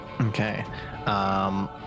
Okay